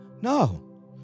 No